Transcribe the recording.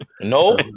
No